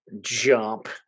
Jump